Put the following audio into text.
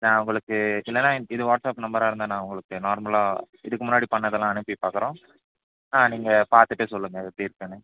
நான் உங்களுக்கு இல்லன்னா இது வாட்ஸ்அப் நம்பராக இருந்தால் நான் உங்களுக்கு நார்மலாக இதுக்கு முன்னாடி பண்ணதெல்லாம் அனுப்பி பார்க்குறோம் ஆ நீங்கள் பார்த்துட்டே சொல்லுங்கள் எப்படி இருக்குதுன்னு